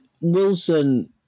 Wilson